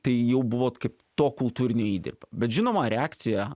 tai jau buvo kaip to kultūrinio įdirbio bet žinoma reakcija